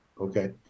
Okay